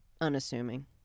unassuming